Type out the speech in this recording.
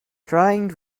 trying